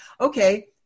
okay